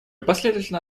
последовательно